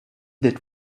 that